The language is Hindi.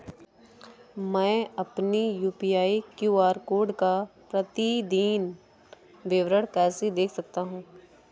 मैं अपनी यू.पी.आई क्यू.आर कोड का प्रतीदीन विवरण कैसे देख सकता हूँ?